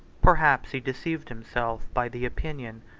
perhaps he deceived himself by the opinion,